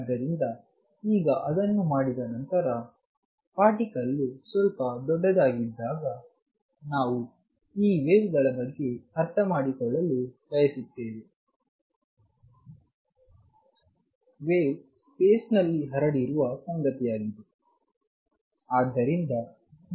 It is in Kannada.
ಆದ್ದರಿಂದ ಈಗ ಅದನ್ನು ಮಾಡಿದ ನಂತರ ಪಾರ್ಟಿಕಲ್ ವು ಸ್ವಲ್ಪ ದೊಡ್ಡದಾಗಿದ್ದಾಗ ನಾವು ಈ ವೇವ್ ಬಗ್ಗೆ ಅರ್ಥಮಾಡಿಕೊಳ್ಳಲು ಬಯಸುತ್ತೇವೆ ವೇವ್ ಸ್ಪೇಸ್ ನಲ್ಲಿ ಹರಡಿರುವ ಸಂಗತಿಯಾಗಿದೆ